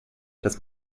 dass